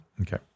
Okay